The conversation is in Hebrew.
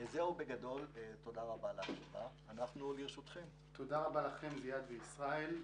תודה רבה לכם, זיאד וישראל.